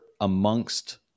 amongst